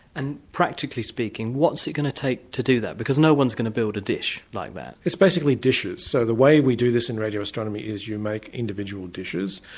and practically speaking, what's it going to take to do that? because no-one's going to build a dish like that. it's basically dishes. so the way we do this in radio astronomy is you make individual dishes.